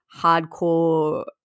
hardcore